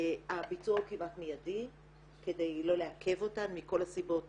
שהביצוע הוא כמעט מיידי כדי לא לעכב אותן מכל הסיבות